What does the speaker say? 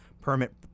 permit